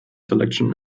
selection